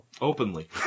Openly